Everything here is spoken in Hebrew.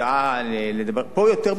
פה יותר מדובר על תוכן,